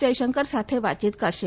જયશંકર સાથે વાતચીત કરશે